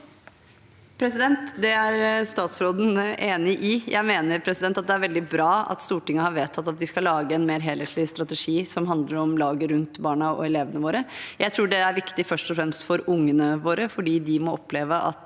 Det er statsråden enig i. Jeg mener at det er veldig bra at Stortinget har vedtatt at vi skal lage en mer helhetlig strategi som handler om laget rundt barna og elevene våre. Jeg tror det er viktig, først og fremst for ungene våre, fordi de må oppleve at